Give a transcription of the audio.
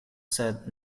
sed